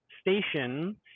Station